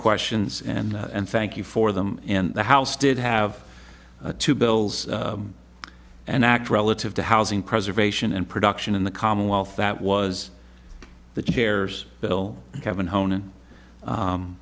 questions and and thank you for them and the house did have two bills and act relative to housing preservation and production in the commonwealth that was the chairs bill kevin